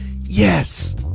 Yes